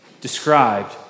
described